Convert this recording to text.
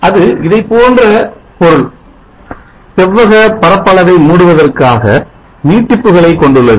அது இதைப்போன்ற பொருள் செவ்வக பரப்பளவை மூடுவதாக நீட்டிப்புகளை கொண்டுள்ளது